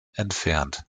entfernt